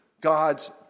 God's